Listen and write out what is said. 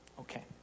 Okay